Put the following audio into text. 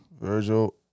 Virgil